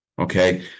Okay